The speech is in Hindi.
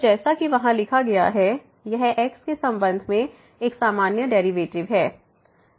तो जैसा कि वहां लिखा गया है यह x के संबंध में एक सामान्य डेरिवेटिव है